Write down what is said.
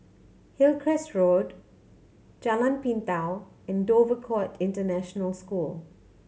Hillcrest Road Jalan Pintau and Dover Court International School